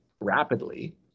rapidly